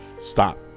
stop